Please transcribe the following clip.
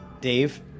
Dave